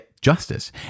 justice